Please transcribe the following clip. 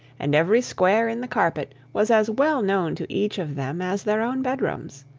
and every square in the carpet, was as well known to each of them as their own bedrooms.